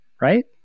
right